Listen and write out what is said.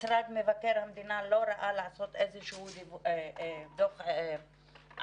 משרד מבקר המדינה לא מצא לנכון לעשות איזשהו דוח עדכני.